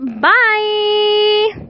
bye